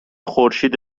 خورشید